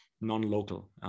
non-local